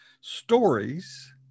stories